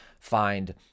find